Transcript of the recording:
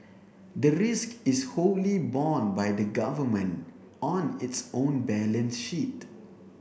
the risk is wholly borne by the Government on its own balance sheet